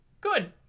good